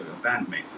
bandmates